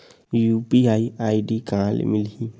UPI ID कहां ले मिलही?